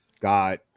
got